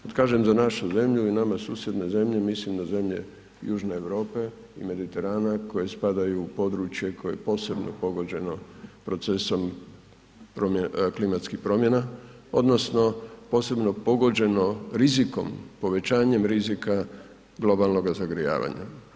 Kažem za našu zemlju i nama susjedne zemlje mislim na zemlje južne Europe i Mediterana koje spadaju u područje koje je posebno pogođeno procesom klimatskih promjena odnosno posebno pogođeno rizikom, povećanjem rizika globalnoga zagrijavanja.